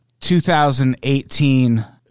2018